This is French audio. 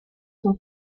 son